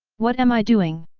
what am i doing?